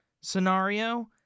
scenario